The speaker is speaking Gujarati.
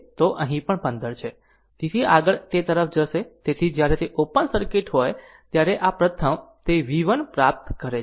તેથી આગળ તે તરફ જશે તેથી જ્યારે તે ઓપન સર્કિટ હોય ત્યારે આ પ્રથમ તે v 1 પ્રાપ્ત કરે છે